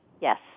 Yes